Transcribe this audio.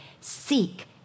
Seek